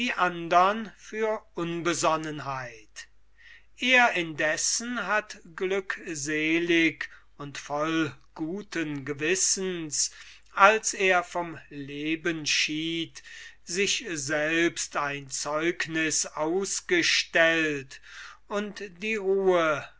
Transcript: andern für unbesonnenheit er indessen hat glückselig und voll guten gewissens als er vom leben schied sich selbst ein zeugniß ausgestellt und die ruhe